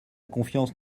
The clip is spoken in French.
confiance